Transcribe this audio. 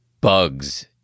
bugs